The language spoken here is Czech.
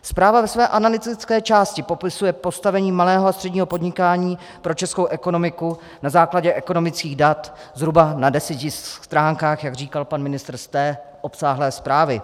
Zpráva ve své analytické části popisuje postavení malého a středního podnikání pro českou ekonomiku na základě ekonomických dat zhruba na deseti stránkách, jak říkal pan ministr, z té obsáhlé zprávy.